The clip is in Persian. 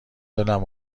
دلم